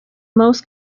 most